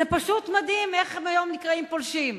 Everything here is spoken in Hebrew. זה פשוט מדהים איך הם היום נקראים פולשים.